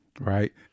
right